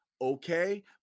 okay